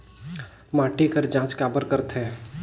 माटी कर जांच काबर करथे?